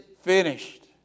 finished